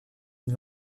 une